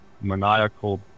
maniacal